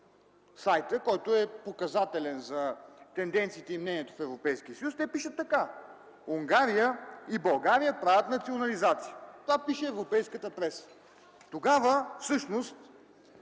сайтът, който е показателен за тенденциите и мненията в Европейския съюз, те пишат така: Унгария и България правят национализация. Това пише европейската преса. Тогава какво